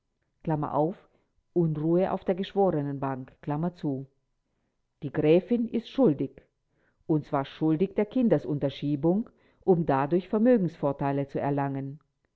die gräfin ist schuldig und zwar schuldig der kindesunterschiebung um dadurch vermögensvorteile zu erlangen